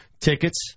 Tickets